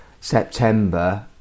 September